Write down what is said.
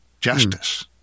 justice